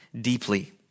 deeply